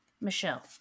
Michelle